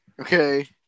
Okay